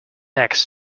eggs